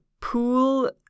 Pool